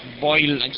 boil